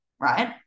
Right